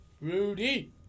Rudy